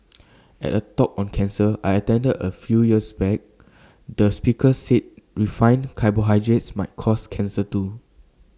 at A talk on cancer I attended A few years back the speaker said refined carbohydrates might cause cancer too